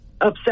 upset